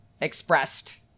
expressed